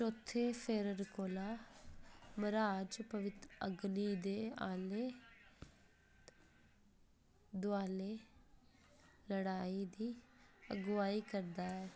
चौथे फेरे कोला मर्हाज पवित्तर अग्नि दे आलै दुआलै लड़ाई दी अगुआई करदा ऐ